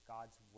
God's